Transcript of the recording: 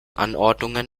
anordnungen